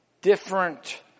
different